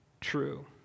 true